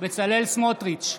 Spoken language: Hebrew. בצלאל סמוטריץ'